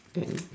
then